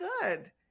good